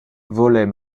volait